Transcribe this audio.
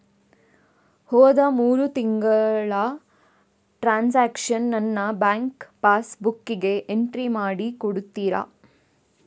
ಹೋದ ಮೂರು ತಿಂಗಳ ಟ್ರಾನ್ಸಾಕ್ಷನನ್ನು ನನ್ನ ಬ್ಯಾಂಕ್ ಪಾಸ್ ಬುಕ್ಕಿಗೆ ಎಂಟ್ರಿ ಮಾಡಿ ಕೊಡುತ್ತೀರಾ?